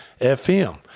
FM